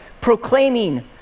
proclaiming